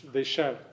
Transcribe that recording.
deixar